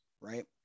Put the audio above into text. right